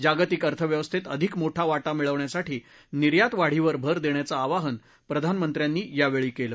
जागतिक अर्थव्यवस्थेत अधिक मोठा वाटा मिळवण्यासाठी निर्यात वाढीवर भर देण्याचं आवाहन प्रधानमंत्र्यांनीया वेळी केलं